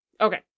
Okay